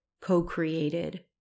co-created